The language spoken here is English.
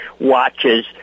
watches